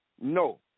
no